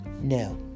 No